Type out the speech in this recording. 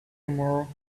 tomorrow